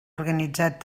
organitzat